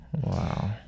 Wow